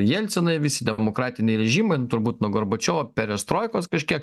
jelcinai visi demokratiniai režimai turbūt nuo gorbačiovo perestroikos kažkiek